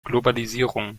globalisierung